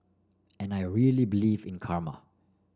and I really believe in karma